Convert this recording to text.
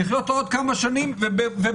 לחיות עוד כמה שנים ובבריאות.